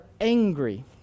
angry